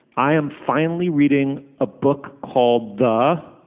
i am finally reading a book called the